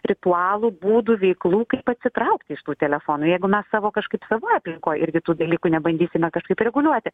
ritualų būdų veiklų kaip atsitraukti iš tų telefonų jeigu mes savo kažkaip savoj aplinkoj irgi tų dalykų nebandysime kažkaip reguliuoti